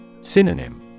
Synonym